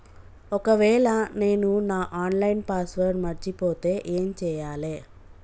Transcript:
ఒకవేళ నేను నా ఆన్ లైన్ పాస్వర్డ్ మర్చిపోతే ఏం చేయాలే?